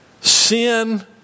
Sin